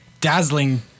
dazzling